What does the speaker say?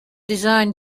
design